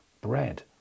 bread